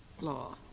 law